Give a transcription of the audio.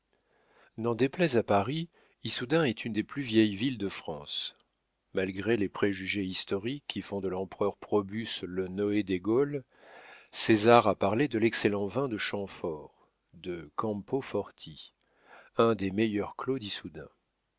n'en déplaise à paris issoudun est une des plus vieilles villes de france malgré les préjugés historiques qui font de l'empereur probus le noé des gaules césar a parlé de l'excellent vin de champ fort de campo forti un des meilleurs clos d'issoudun